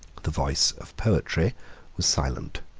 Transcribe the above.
the voice of poetry was silent.